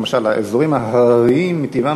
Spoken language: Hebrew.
למשל, האזורים ההרריים מטיבם